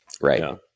right